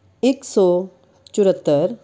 ਇੱਕ ਸੌ ਚੁਹੱਤਰ